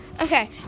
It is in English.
Okay